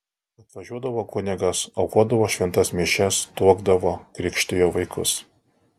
atvažiuodavo kunigas aukodavo šventas mišias tuokdavo krikštijo vaikus